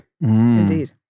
indeed